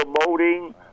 promoting